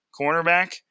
cornerback